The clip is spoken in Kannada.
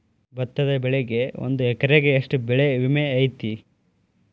ಭತ್ತದ ಬೆಳಿಗೆ ಒಂದು ಎಕರೆಗೆ ಎಷ್ಟ ಬೆಳೆ ವಿಮೆ ಐತಿ?